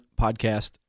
Podcast